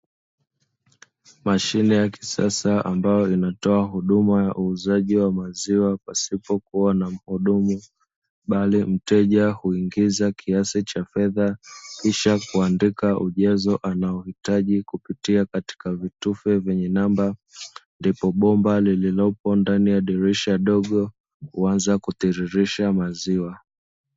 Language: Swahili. Mashine ya kisasa ambayo inatoa huduma ya uuzaji wa maziwa, pasipokuwa na muhudumu bali mteja huingiza kiasi cha fedha, kisha kuandika ujazo anaouhitaji kupitia katika kitufe vyenye namba, ndipo bomba lililopo ndani ya dirisha dogo huanza kutiririsha maziwa.